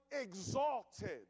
exalted